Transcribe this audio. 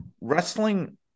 wrestling